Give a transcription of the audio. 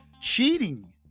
cheating